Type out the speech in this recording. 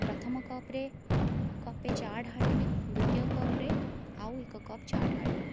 ପ୍ରଥମ କପ୍ରେ କପେ ଚା' ଢାଳିଲି ଦ୍ଵିତୀୟ କପ୍ରେ ଆଉ ଏକ କପ୍ ଚା' ଢାଳିଲି